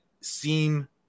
seem